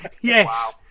yes